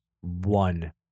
one